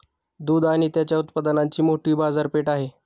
दूध आणि त्याच्या उत्पादनांची मोठी बाजारपेठ आहे